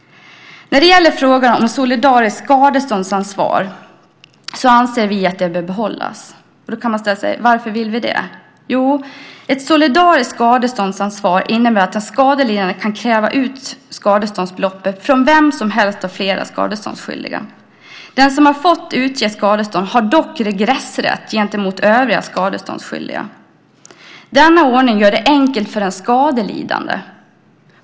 När det gäller frågan om solidariskt skadeståndsansvar anser vi att det bör behållas. Man kan ställa sig frågan: Varför vill vi det? Jo, ett solidariskt skadeståndsansvar innebär att den skadelidande kan kräva ut skadeståndsbeloppet från vem som helst av flera skadeståndsskyldiga. Den som har fått utge skadestånd har dock regressrätt gentemot övriga skadeståndsskyldiga. Denna ordning gör det enkelt för den skadelidande.